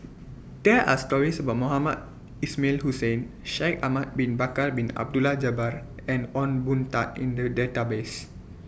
There Are stories about Mohamed Ismail Hussain Shaikh Ahmad Bin Bakar Bin Abdullah Jabbar and Ong Boon Tat in The Database